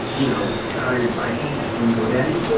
you know, to power your devices from godaddy,